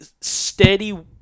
steady